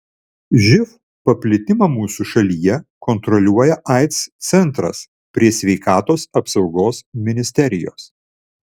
živ paplitimą mūsų šalyje kontroliuoja aids centras prie sveikatos apsaugos ministerijos